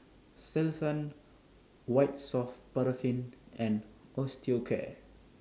Selsun White Soft Paraffin and Osteocare